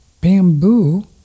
bamboo